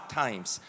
times